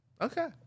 Okay